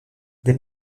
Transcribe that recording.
des